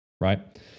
right